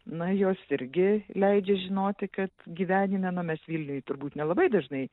na jos irgi leidžia žinoti kad gyvenime na mes vilniuj turbūt nelabai dažnai